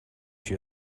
she